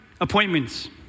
appointments